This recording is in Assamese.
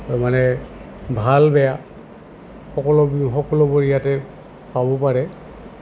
মানে ভাল বেয়া সকলো সকলোবোৰ ইয়াতে পাব পাৰে